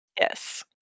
Yes